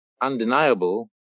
undeniable